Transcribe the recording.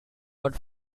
but